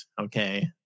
okay